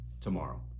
tomorrow